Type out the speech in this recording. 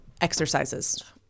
exercises